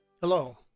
Hello